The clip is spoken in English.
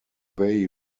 they